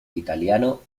italiano